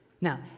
Now